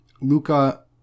Luca